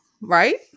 Right